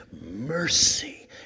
mercy